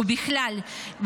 ובכלל,